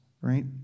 right